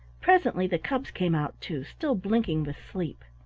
presently the cubs came out, too, still blinking with sleep.